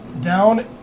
Down